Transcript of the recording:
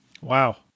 Wow